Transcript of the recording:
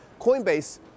Coinbase